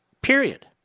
Period